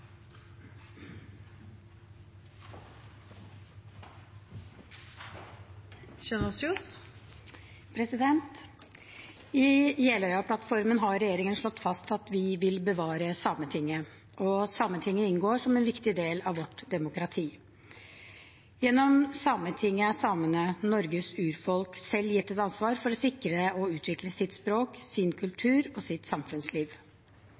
I Jeløya-plattformen har regjeringen slått fast at den vil bevare Sametinget. Sametinget inngår som en viktig del av vårt demokrati. Gjennom Sametinget er samene, Norges urfolk, selv gitt et ansvar for å sikre og utvikle sitt språk, sin kultur og sitt samfunnsliv.